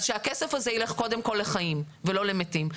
אז שהכסף הזה ילך קודם כל לחיים ולא למתים.